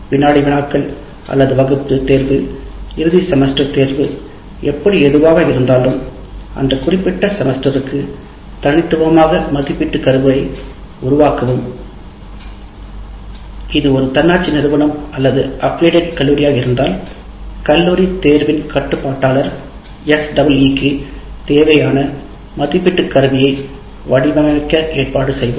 வினாடி வினாக்கள் அல்லது வகுப்பு தேர்வு இறுதி செமஸ்டர் தேர்வு எப்படி ஏதுவாக இருந்தாலும் அந்த குறிப்பிட்ட செமஸ்டருக்கு தனித்துவமாக மதிப்பீட்டு கருவியை உருவாக்கவும் இது ஒரு தன்னாட்சி நிறுவனம் அல்லது ஆப்பிலியட் கல்லூரியாக இருந்தால் கல்லூரி தேர்வின் கட்டுப்பாட்டாளர் SEE க்கு தேவையான மதிப்பீட்டு கருவியை வடிவமைக்க ஏற்பாடு செய்வார்